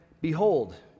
behold